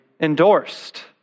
endorsed